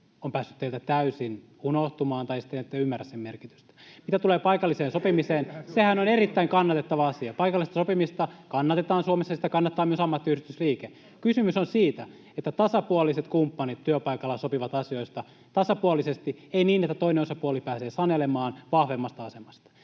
on päässyt teiltä täysin unohtumaan tai sitten ette ymmärrä sen merkitystä. [Jani Mäkelän välihuuto] Mitä tulee paikalliseen sopimiseen, niin sehän on erittäin kannatettava asia. Paikallista sopimista kannatetaan Suomessa, ja sitä kannattaa myös ammattiyhdistysliike. Kysymys on siitä, että tasapuoliset kumppanit työpaikalla sopivat asioista tasapuolisesti, ei niin, että toinen osapuoli pääsee sanelemaan vahvemmasta asemasta.